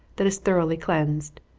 that is thoroughly cleansed.